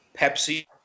Pepsi